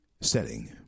setting